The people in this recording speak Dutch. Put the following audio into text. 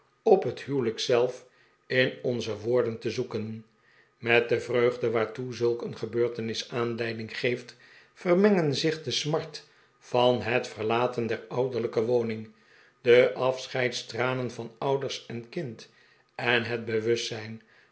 op het huwelijk zelf in onze woorden te zoeken met de vreugde waartoe zulk een gebeurtenis aanleiding geeft vermengen zich de smart van het verlaten der ouderlijke woning de afscheidstranen van ouders en kind en het bewustzijn